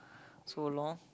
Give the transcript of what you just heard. so long